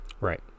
Right